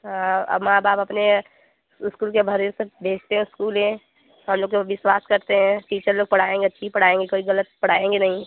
हाँ माँ बाप अपने इस्कूल के भरोसे भेजते हैं इस्कूल ये हम लोग के ऊपर विश्वास करते हैं टीचर लोग पढ़ाएँगे अच्छी पढ़ाएँगे कोई गलत पढ़ाएँगे नहीं